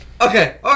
Okay